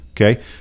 okay